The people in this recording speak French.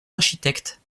architectes